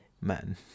men